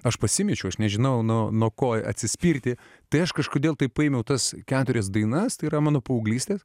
aš pasimečiau aš nežinau nuo ko atsispirti tai aš kažkodėl taip paėmiau tas keturias dainas tai yra mano paauglystės